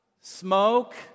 smoke